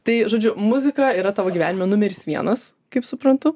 tai žodžiu muzika yra tavo gyvenime numeris vienas kaip suprantu